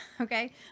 Okay